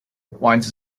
wines